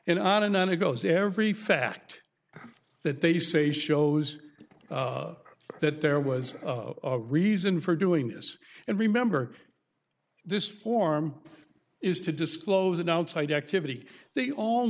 and on and on it goes every fact that they say shows that there was a reason for doing this and remember this form is to disclose it outside activity they all